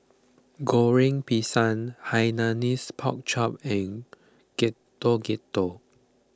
Goreng Pisang Hainanese Pork Chop and Getuk Getuk